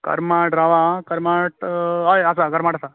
करमाट रावा हां करमाट हय करमाट आसा